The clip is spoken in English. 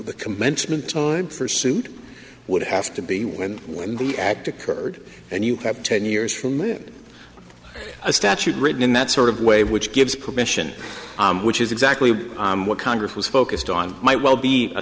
the commencement time for suit would have to be when when the act occurred and you have ten years from it a statute written in that sort of way which gives permission which is exactly what congress was focused on might well be a